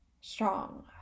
strong